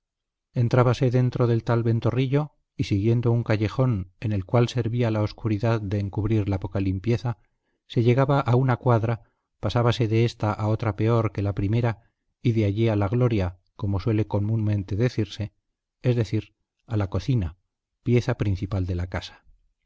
camino entrábase dentro del tal ventorrillo y siguiendo un callejón en el cual servía la oscuridad de encubrir la poca limpieza se llegaba a una cuadra pasábase de ésta a otra peor que la primera y de allí a la gloria como suele comúnmente decirse es decir a la cocina pieza principal de la casa